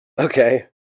Okay